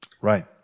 Right